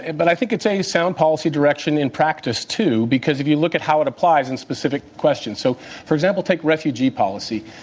and but i think it's a sound policy direction in practice, too, because if you look at how it applies in specific question, so for example, take refugee policy.